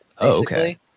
okay